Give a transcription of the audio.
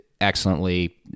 excellently